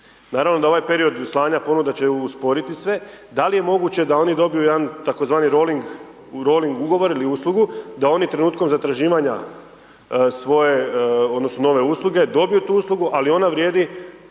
Naravno da ovaj period slanja ponuda će usporiti sve, da li je moguće da oni dobiju jedan tzv. rolling, u rolling ugovor ili uslugu, da oni trenutkom zatraživanja svoje odnosno nove usluge, dobiju tu uslugu, ali ona vrijedi